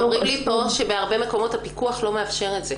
אומרים לי פה שבהרבה מקומות הפיקוח לא מאפשר את זה.